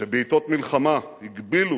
שבעתות מלחמה הגבילו